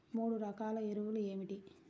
మూడు రకాల ఎరువులు ఏమిటి?